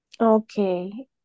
Okay